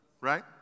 right